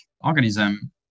organism